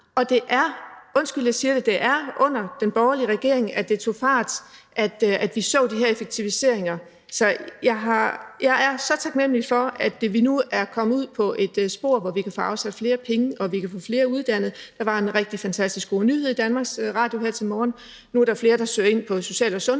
og det var, undskyld, jeg siger det, under den borgerlige regering, at det tog fart, at vi så de her effektiviseringer. Så jeg er så taknemlig for, at vi nu er kommet ud på et spor, hvor vi kan få afsat flere penge og vi kan få flere uddannet. Der var en rigtig fantastisk, god nyhed i DR her til morgen: Nu er der flere, der søger ind på social- og sundhedsuddannelsen,